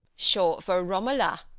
short for romola.